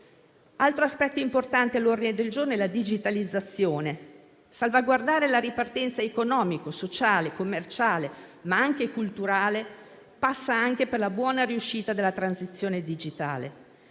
Altro aspetto importante all'ordine del giorno è la digitalizzazione. La salvaguardia della ripartenza economica, sociale, commerciale, ma anche culturale, passa anche per la buona riuscita della transizione digitale.